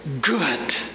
good